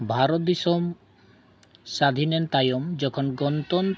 ᱵᱷᱟᱨᱚᱛ ᱫᱤᱥᱚᱢ ᱥᱟᱫᱷᱤᱱᱮᱱ ᱛᱟᱭᱚᱢ ᱡᱚᱠᱷᱚᱱ ᱜᱚᱱᱛᱚᱱ